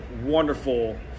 wonderful